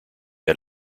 had